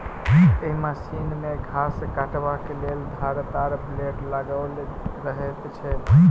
एहि मशीन मे घास काटबाक लेल धारदार ब्लेड लगाओल रहैत छै